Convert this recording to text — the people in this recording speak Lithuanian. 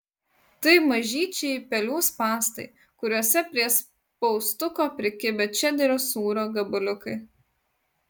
tai mažyčiai pelių spąstai kuriuose prie spaustuko prikibę čederio sūrio gabaliukai